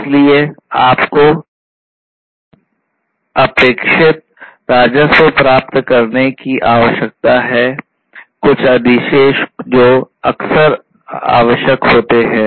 इसलिए आपको अपेक्षित राजस्व प्राप्त करने की आवश्यकता है कुछ अधिशेष जो अक्सर आवश्यक होते हैं